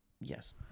Yes